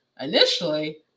initially